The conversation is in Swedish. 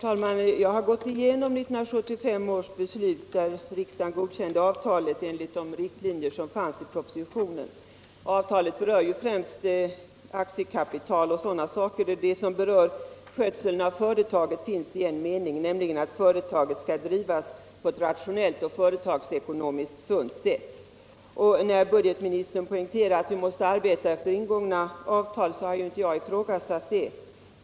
Herr talman! Jag har gått igenom 1975 års beslut, där riksdagen godkände avtalet enligt de riktlinjer som fanns i propositionen. Avtalet berör ju främst aktiekapital och sådant. Det som berör skötseln av företaget finns i en mening, nämligen att företaget skall drivas på ett rationellt och företagsekonomiskt sunt sätt. Budgetministern poängterar att vi måste arbeta efter ingångna avtal, och jag har inte ifrågasatt det.